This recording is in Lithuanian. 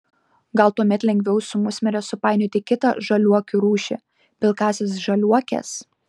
gal tuomet lengviau su musmire supainioti kitą žaliuokių rūšį pilkąsias žaliuokes